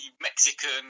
mexican